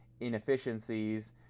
inefficiencies